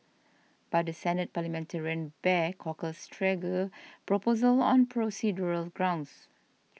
but the senate parliamentarian barred corker's trigger proposal on procedural grounds